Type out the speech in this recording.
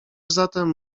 zatem